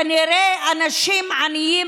כנראה אנשים עניים,